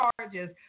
charges